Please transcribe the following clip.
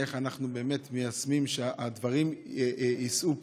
איך אנחנו באמת מיישמים, שהדברים יישאו פרי?